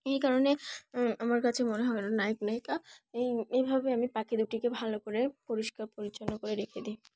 এই কারণে আমার কাছে মনে হয় ওরা নায়ক নায়িকা এই এইভাবে আমি পাখি দুটিকে ভালো করে পরিষ্কার পরিচ্ছন্ন করে রেখে দিই